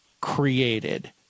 created